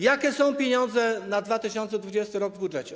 Jakie są pieniądze na 2022 r. w budżecie?